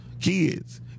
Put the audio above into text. Kids